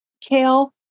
Kale